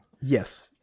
Yes